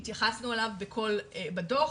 התייחסנו אליו בדו"ח,